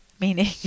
meaning